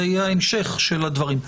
זה יהיה ההמשך של הדברים.